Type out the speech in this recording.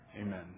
amen